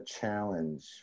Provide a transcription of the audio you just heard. challenge